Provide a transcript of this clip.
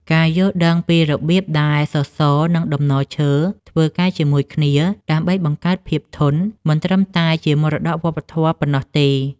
ការយល់ដឹងពីរបៀបដែលសសរ និងតំណឈើធ្វើការជាមួយគ្នាដើម្បីបង្កើតភាពធន់ មិនត្រឹមតែជាមរតកវប្បធម៌ប៉ុណ្ណោះទេ។